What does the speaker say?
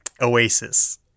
oasis